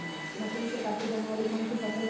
Machine से काटे जाने वाली कौन सी फसल है?